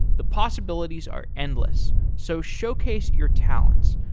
the possibilities are endless, so showcase your talents.